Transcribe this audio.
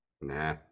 nah